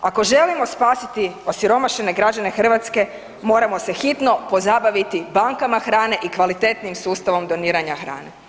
Ako želimo spasiti osiromašene građane Hrvatske moramo se hitno pozabaviti bankama hrane i kvalitetnijim sustavom doniranja hrane.